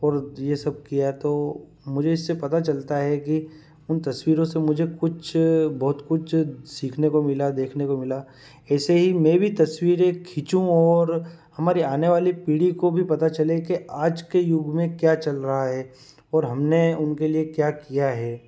और ये सब किया तो मुझे इससे पता चलता है कि उन तस्वीरों से मुझे कुछ बहुत कुछ सीखने को मिला देखने को मिला ऐसे ही मैं भी तस्वीरें खींचूँ और हमारी आने वाली पीढ़ी को भी पता चले कि आज के युग में क्या चल रहा है और हमने उनके लिए क्या किया है